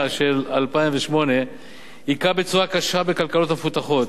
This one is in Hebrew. של 2008 הכה בצורה קשה בכלכלות המפותחות,